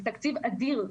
שזה תקציב אדיר,